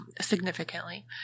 significantly